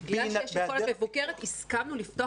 בגלל שיש יכולת מבוקרת הסכמנו לפתוח